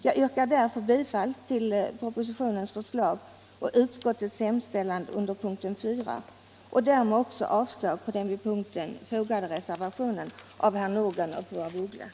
Jag yrkar därför bifall till propositionens förslag och utskottets hemställan under punkten 4 och därmed också avslag på den vid punkten fogade reservationen av herr Nordgren och fru af Ugglas.